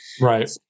Right